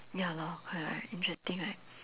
ya lor correct interesting right